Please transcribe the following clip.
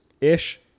ish